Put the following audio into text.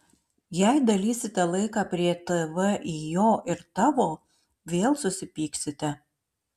jei dalysite laiką prie tv į jo ir tavo vėl susipyksite